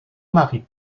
marie